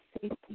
safety